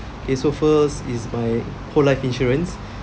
okay so first is my whole life insurance